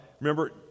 remember